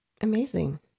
amazing